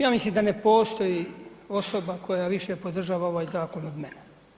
Ja ne mislim da postoji osoba koja više podržava ovaj zakon od mene.